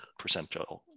percentile